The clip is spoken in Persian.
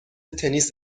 تنیس